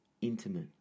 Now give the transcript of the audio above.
intimate